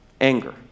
Anger